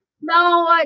no